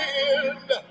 end